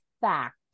fact